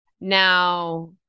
Now